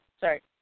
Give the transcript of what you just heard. sorry